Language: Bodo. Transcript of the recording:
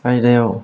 बायह्रायाव